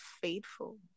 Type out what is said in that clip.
faithful